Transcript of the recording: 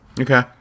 Okay